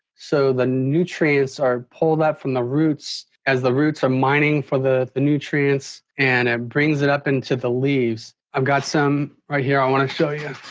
so the nutrients are pulled up from the roots as the roots are mining for the nutrients and it brings it up into the leaves. i've got some right here i want to show you.